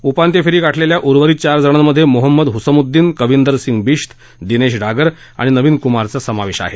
उपान्त्य फेरी गाठलेल्या उर्वरीत चारजणांमधे मोहम्मद हुसमुद्दीन कविंदर सिंग बिश्त दिनेश डागर आणि नवीन कुमारचा समावेश आहे